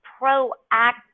proactive